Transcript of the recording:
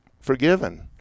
forgiven